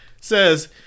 says